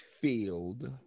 field